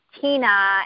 Tina